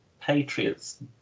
Patriots